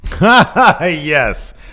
Yes